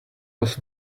was